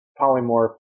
polymorph